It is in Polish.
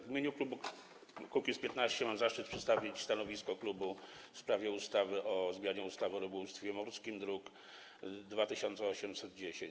W imieniu klubu Kukiz’15 mam zaszczyt przedstawić stanowisko klubu w sprawie ustawy o zmianie ustawy o rybołówstwie morskim, druk nr 2810.